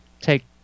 take